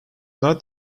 not